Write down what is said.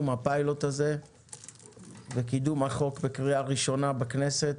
הפיילוט הזה וקידום החוק בקריאה ראשונה בכנסת.